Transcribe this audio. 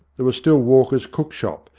there was still walker's cook-shop,